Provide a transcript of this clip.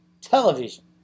television